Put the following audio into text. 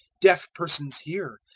deaf persons hear,